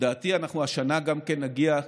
לדעתי השנה גם כן נגיע,